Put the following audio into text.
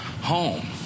home